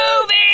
movie